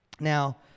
Now